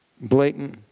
Blatant